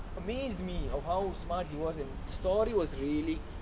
amazed me of how smart he was and story was really